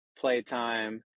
playtime